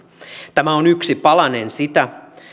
tämä on yksi palanen sitä